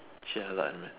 chill out man